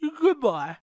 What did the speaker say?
goodbye